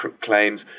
claims